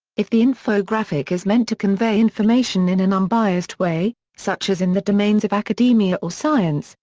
if the infographic is meant to convey information in an unbiased way, such as in the domains of academia or science,